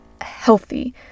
healthy